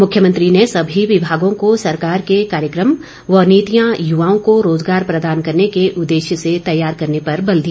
मुख्यमंत्री ने सभी विभागों को सरकार के कार्यक्रम व नीतियां युवाओं को रोजगार प्रदान करने के उद्देश्य से तैयार करने पर बल दिया